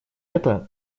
это